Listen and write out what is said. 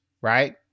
right